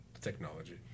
Technology